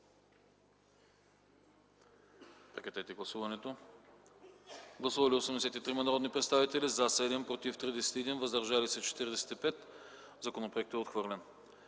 г. Моля, гласувайте. Гласували 83 народни представители: за 7, против 31, въздържали се 45. Законопроектът е отхвърлен.